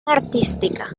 artística